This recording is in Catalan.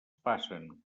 passen